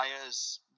players